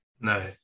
no